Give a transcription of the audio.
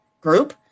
group